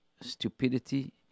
stupidity